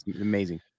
Amazing